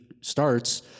starts